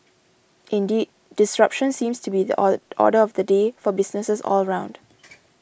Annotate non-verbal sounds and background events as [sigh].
indeed disruption seems to be the [unintelligible] order of the day for businesses all round